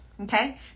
okay